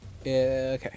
Okay